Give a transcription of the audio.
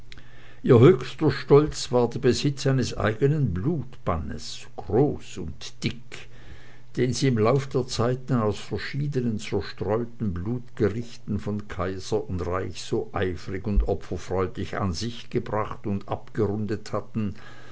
ihr höchster stolz war der besitz eines eigenen blutbannes groß und dick den sie im verlauf der zeiten aus verschiedenen zerstreuten blutgerichten von kaiser und reich so eifrig und opferfreudig an sich gebracht und abgerundet hatten